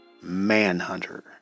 Manhunter